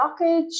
blockage